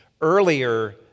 earlier